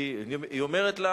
לאן את הולכת?